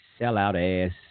sellout-ass